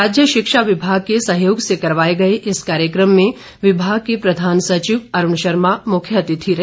राज्य शिक्षा विभाग के सहयोग से करवाए गए इस कार्यक्रम में विभाग के प्रधान सचिव अरूण शर्मा मुख्य अतिथि रहे